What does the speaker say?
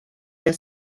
der